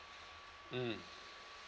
mm